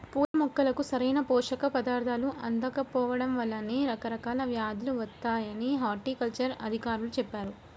పూల మొక్కలకు సరైన పోషక పదార్థాలు అందకపోడం వల్లనే రకరకాల వ్యేదులు వత్తాయని హార్టికల్చర్ అధికారులు చెప్పారు